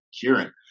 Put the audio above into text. kieran